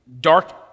dark